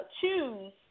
choose